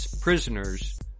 prisoners